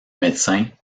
médecin